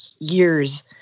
years